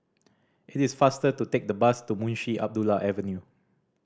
it is faster to take the bus to Munshi Abdullah Avenue